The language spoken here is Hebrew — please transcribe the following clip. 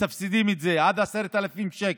מסבסדים את זה עד 10,000 שקל,